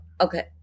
okay